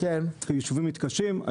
כי יישובים מתקשים.